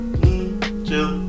Chill